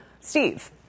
Steve